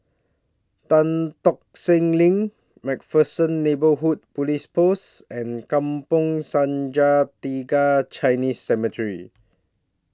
Tan Tock Seng LINK MacPherson Neighbourhood Police Post and Kampong Sungai Tiga Chinese Cemetery